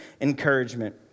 encouragement